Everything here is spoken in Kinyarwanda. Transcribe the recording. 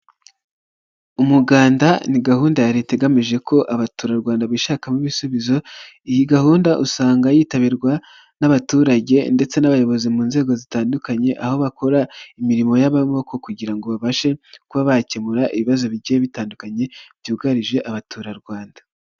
Umuganda ni gahunda ya leta igamije ko abaturarwanda bishakamo ibisubizo. Iyi gahunda usanga yitabirwa n'abaturage ndetse n'abayobozi mu nzego zitandukanye; aho bakora imirimo y'amaboko kugira ngo babashe kuba bakemura ibibazo bigiye bitandukanye byugarije abaturarwanda.